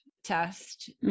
test